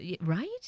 right